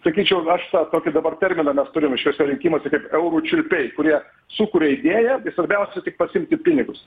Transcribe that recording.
sakyčiau aš tą tokį dabar terminą mes turim šiuose rinkimuose kaip eurųčiulpiai kurie sukuria idėją ir svarbiausia tik pasiimti pinigus